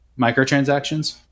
microtransactions